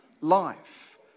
life